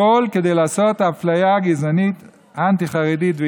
הכול כדי לעשות אפליה גזענית אנטי-חרדית.